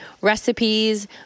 recipes